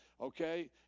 okay